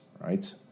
right